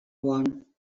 one